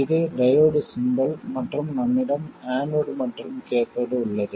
இது diode symbol மற்றும் நம்மிடம் ஆனோட் மற்றும் கேத்தோடு உள்ளது